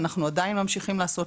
אנחנו עדיין ממשיכים לעשות.